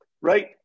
right